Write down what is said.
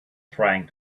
trying